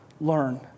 learn